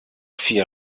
vier